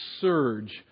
surge